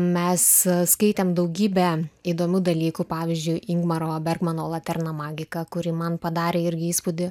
mes skaitėm daugybę įdomių dalykų pavyzdžiui ingmaro bergmano laterna magika kuri man padarė irgi įspūdį